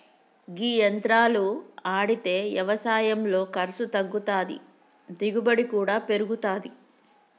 గీ యంత్రాలు ఆడితే యవసాయంలో ఖర్సు తగ్గుతాది, దిగుబడి కూడా పెరుగుతాది